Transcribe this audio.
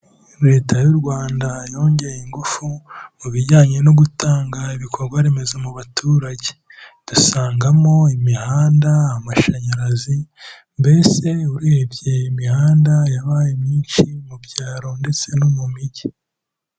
Leta y'u Rwanda yongeye ingufu mu bijyanye no gutanga ibikorwa remezo mu baturage, dusangamo imihanda, amashanyarazi, mbese urebye imihanda yabaye myinshi mu byaro ndetse no mu mijyi.